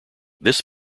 this